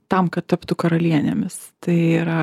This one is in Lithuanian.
tam kad taptų karalienėmis tai yra